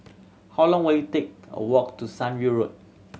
how long will it take walk to Sunview Road